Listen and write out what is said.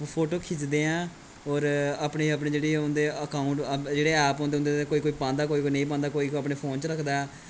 photo खिचदे ऐ होर अपने अपने जेह्ड़े उं'दे अकाउंट जेह्ड़े ऐप होंदे उं'दे च कोई कोई पांदा कोई कोई नेईं पांदा कोई कोई अपने फोन च रखदा ऐ